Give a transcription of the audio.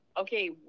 okay